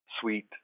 sweet